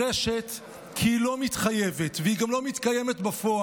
נדרשת כי היא לא מתחייבת והיא גם לא מתקיימת בפועל.